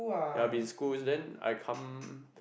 ya I will be in school then I come